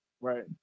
Right